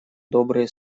добрые